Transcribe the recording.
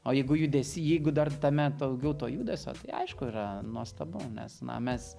o jeigu judesy jeigu dar tame daugiau to judesio tai aišku yra nuostabu nes na mes